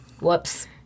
Whoops